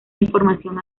información